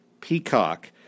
peacock